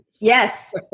yes